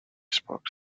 spoke